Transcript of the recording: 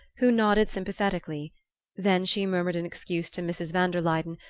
who nodded sympathetically then she murmured an excuse to mrs. van der luyden,